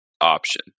option